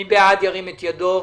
מי בעד ירים את ידו.